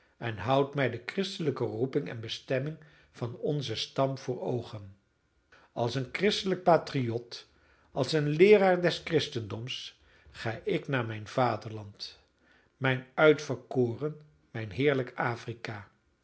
en houdt mij de christelijke roeping en bestemming van onzen stam voor oogen als een christelijk patriot als een leeraar des christendoms ga ik naar mijn vaderland mijn uitverkoren mijn heerlijk